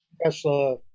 Tesla